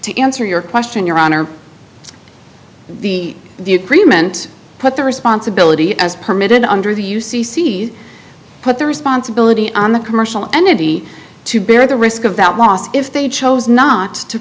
to answer your question your honor the the agreement put the responsibility as permitted under the u c c put the responsibility on the commercial entity to bear the risk of that loss if they chose not to